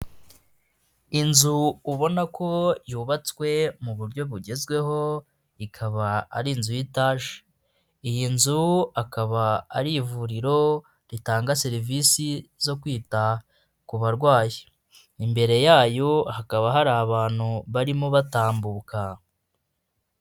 Inzu ubona ko yubatswe mu buryo bugezweho, ikaba ar’inzu y'itage. Iyi nzu akaba ar’ivuriro ritanga serivisi zo kwita ku barwayi, imbere yayo hakaba har’abantu barimo batambuka.